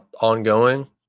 ongoing